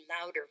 louder